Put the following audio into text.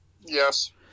Yes